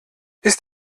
ist